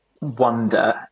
wonder